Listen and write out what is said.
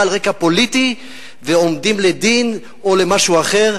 על רקע פוליטי ועומדים לדין או למשהו אחר.